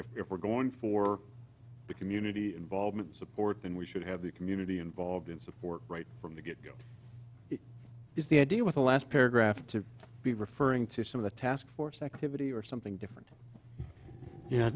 if we're going for the community involvement support then we should have the community involved in support right from the get go is the idea with the last paragraph to be referring to some of the task force activity or something different y